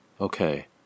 okay